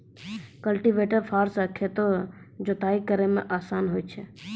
cultivator फार से खेत रो जुताइ करै मे आसान हुवै छै